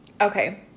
Okay